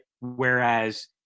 Whereas